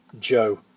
Joe